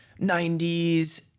90s